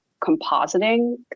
compositing